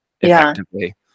effectively